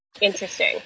interesting